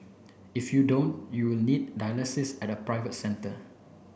if you don't you will need dialysis at a private centre